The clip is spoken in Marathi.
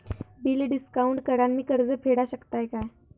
बिल डिस्काउंट करान मी कर्ज फेडा शकताय काय?